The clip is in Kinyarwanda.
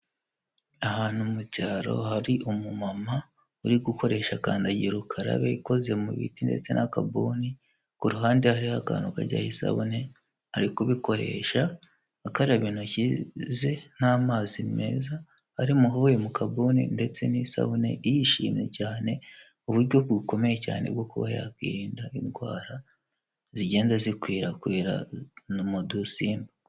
Ahantu mu cyaro hari umumama, uri gukoresha kandagirakarabe ikoze mu biti ndetse n'akabuni, ku ruhande hariho akantu kajyaho isabune, ari kubikoresha akaraba intoki ze n'amazi meza, ari muhuye mukabuni ndetse n'isabune, yishimye cyane uburyo bukomeye cyane bwo kuba yakwirinda indwara zigenda zikwirakwira no mudusimba.